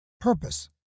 purpose